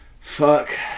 Fuck